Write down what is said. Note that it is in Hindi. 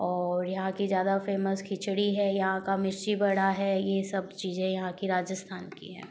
और यहाँ की ज़्यादा फेमस खिचड़ी है यहाँ का मिर्ची वडा है यह सब चीजें यहाँ की राजस्थान की हैं